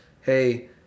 hey